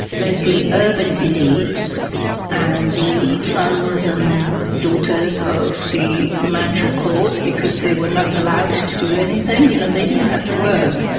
mostly urban elite and the sons and daughters of the manchu court because they were not allowed to do anything, you know they didn't have to work,